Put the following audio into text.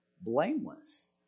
blameless